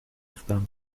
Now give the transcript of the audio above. اقدام